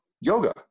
yoga